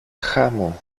χάμω